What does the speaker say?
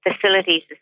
facilities